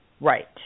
Right